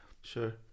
sure